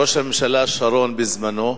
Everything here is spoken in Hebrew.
ראש הממשלה שרון, בזמנו,